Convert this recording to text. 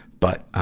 but,